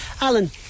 alan